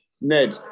Ned